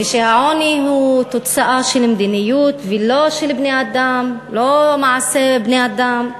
והעוני הוא תוצאה של מדיניות ולא מעשה בני-אדם,